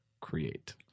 create